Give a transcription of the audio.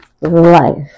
life